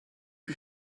wie